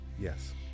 Yes